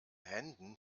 händen